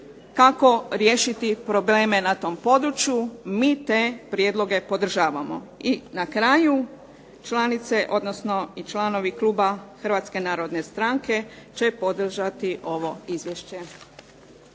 kako riješiti probleme na tom području. Mi te prijedloge podržavamo. I na kraju, članice odnosno i članovi kluba Hrvatske narodne stranke će podržati ovo izvješće.